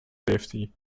safety